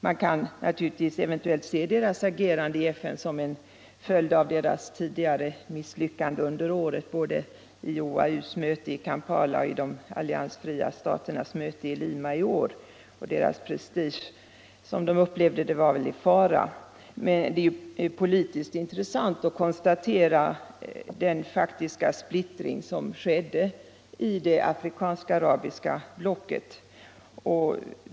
Man kan naturligtvis se deras agerande i FN som en följd av deras tidigare misslyckanden under året både vid OAU:s möte i Kampala och vid de alliansfria staternas möte i Lima; de ansåg väl att deras prestige var i fara. Det är emellertid intressant att konstatera den faktiska splittring som skedde i det afrikansk-arabiska blocket.